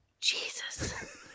Jesus